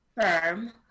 firm